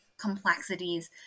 complexities